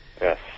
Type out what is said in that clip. Yes